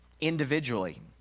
individually